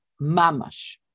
mamash